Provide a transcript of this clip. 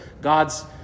God's